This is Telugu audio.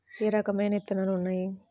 ఏ రకమైన విత్తనాలు ఉన్నాయి?